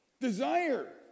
desire